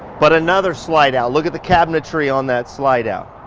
but another slide out. look at the cabinetry on that slide out.